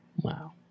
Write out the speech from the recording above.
wow